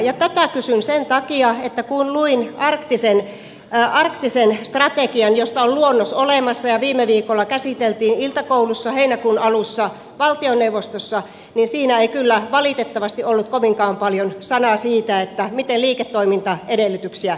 tätä kysyn sen takia että kun luin arktisen strategian josta on luonnos olemassa ja jota viime viikolla käsiteltiin iltakoulussa heinäkuun alun valtioneuvoston istuntoa varten niin siinä ei kyllä valitettavasti ollut kovinkaan paljon sanoja siitä miten liiketoimintaedellytyksiä kehitettäisiin